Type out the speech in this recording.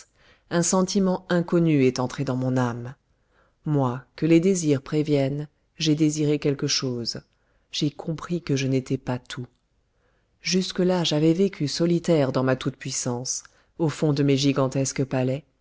un sentiment inconnu est entré dans mon âme moi que les désirs préviennent j'ai désiré quelque chose j'ai compris que je n'étais pas tout jusque-là j'avais vécu solitaire dans ma toute-puissance au fond de mes gigantesques palais